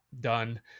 done